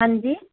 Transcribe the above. ਹਾਂਜੀ